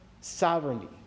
sovereignty